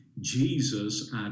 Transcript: Jesus